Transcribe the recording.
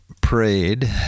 prayed